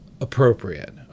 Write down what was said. Appropriate